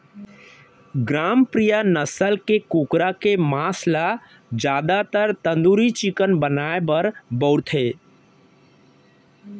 ग्रामप्रिया नसल के कुकरा के मांस ल जादातर तंदूरी चिकन बनाए बर बउरथे